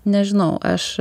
nežinau aš